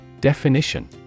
Definition